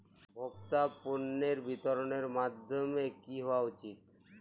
ভোক্তা পণ্যের বিতরণের মাধ্যম কী হওয়া উচিৎ?